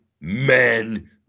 men